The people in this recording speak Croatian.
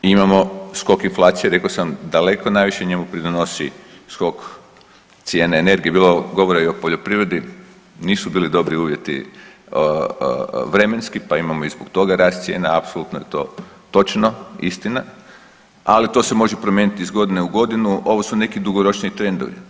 Imamo skok inflacije rekao sam daleko najviše njemu pridonosi skok cijene energije bilo govora i o poljoprivredni nisu bili dobri uvjeti vremenski, pa imamo i zbog toga rast cijena, apsolutno je to točno, istina, ali to se može promijeniti iz godine u godinu, ovo su neki dugoročniji trendovi.